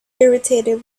irritated